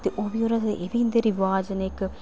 ते ओह् बी ओह् रखदे एह् बी इंदे रवाज न इक